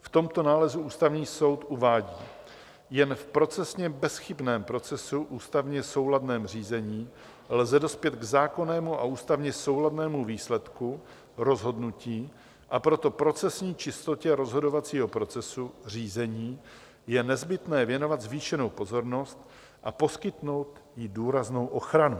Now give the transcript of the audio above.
V tomto nálezu Ústavní soud uvádí: Jen v procesně bezchybném procesu, ústavně souladném řízení, lze dospět k zákonnému a ústavně souladnému výsledku rozhodnutí , a proto procesní čistotě rozhodovacího procesu řízení je nezbytné věnovat zvýšenou pozornost a poskytnout jí důraznou ochranu.